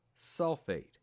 sulfate